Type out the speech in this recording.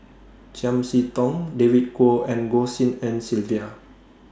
Chiam See Tong David Kwo and Goh Tshin En Sylvia